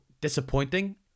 disappointing